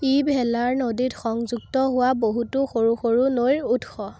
ই ভেলাৰ নদীত সংযুক্ত হোৱা বহুতো সৰু সৰু নৈৰ উৎস